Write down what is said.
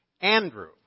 Andrew